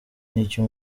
n’icyo